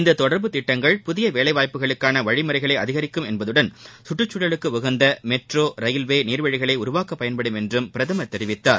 இந்த தொடர்பு திட்டங்கள் புதிய வேலை வாய்ப்புகளுக்கான வழி முறைகளை அதிகரிக்கும் என்பதுடன் சுற்றுச் சூழலுக்கு உகந்த மெட்ரோ ரயில்வே நீர்வழிகளை உருவாக்க பயன்படும் என்றும் பிரதமர் தெரிவித்தார்